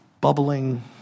bubbling